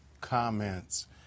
comments